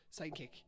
sidekick